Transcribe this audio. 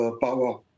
power